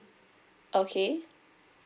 okay